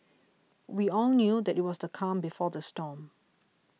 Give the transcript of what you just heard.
we all knew that it was the calm before the storm